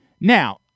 Now